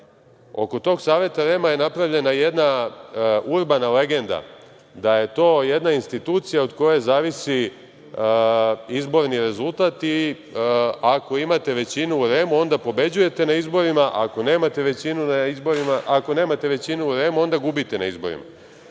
Oko tog Saveta REM-a je napravljena jedna urbana legenda, da je to jedna institucija od koje zavisi izborni rezultat i ako imate većinu u REM-u, onda pobeđujete na izborima, ako nemate većinu u REM-u, onda gubite na izborima. Nama